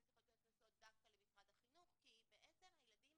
צריכות להיות נשואות דווקא למשרד החינוך כי בעצם הילדים